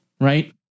right